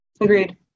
Agreed